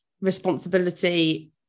responsibility